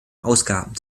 ausgaben